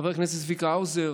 חבר הכנסת צביקה האוזר